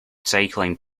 cycling